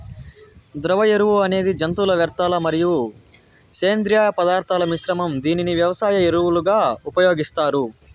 ద్రవ ఎరువు అనేది జంతువుల వ్యర్థాలు మరియు సేంద్రీయ పదార్థాల మిశ్రమం, దీనిని వ్యవసాయ ఎరువులుగా ఉపయోగిస్తారు